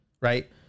right